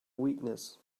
weakness